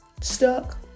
stuck